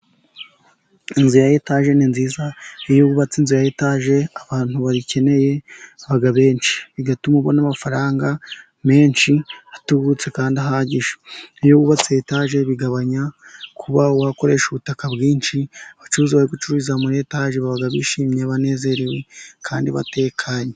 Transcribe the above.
Inzu ya etaje ni nziza, iyo wubatse inzu ya etaje abantu bayikeneye baba benshi. Bigatuma ubona amafaranga menshi atubutse kandi ahagije, iyo wubatse etaje bigabanya kuba wakoresha ubutaka bwinshi, abacuruza bacuruririza muri etaje baba bishimye banezerewe, kandi batekanye.